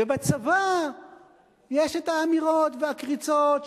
ובצבא יש האמירות והקריצות,